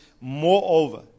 moreover